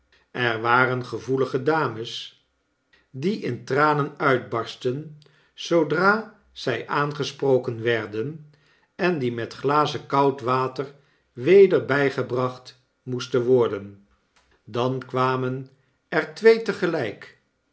er waren gevoelige dames die in tranen uitbarstten zoodra zij aangesproken werden en die met glazen koud water weder bygebracht moesten worden dan kwamen er twee tegelyk de